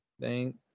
Thank